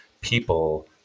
people